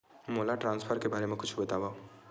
मोला ट्रान्सफर के बारे मा कुछु बतावव?